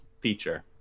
feature